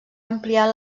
ampliar